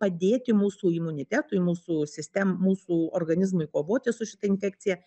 padėti mūsų imunitetui mūsų sistem mūsų organizmui kovoti su šita infekcija